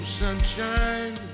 sunshine